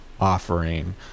offering